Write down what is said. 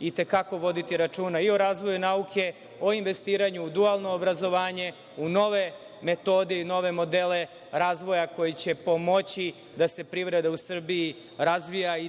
i te kako voditi računa i o razvoju nauke, o investiranju u dualno obrazovanje, u nove metode i nove modele razvoja koji će pomoći da se privreda u Srbiji razvija i